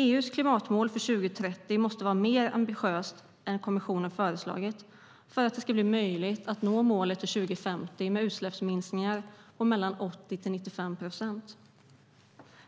EU:s klimatmål för 2030 måste vara mer ambitiöst än det kommissionen föreslagit för att det ska bli möjligt att nå målet med utsläppsminskningar på 80-95 procent till 2050.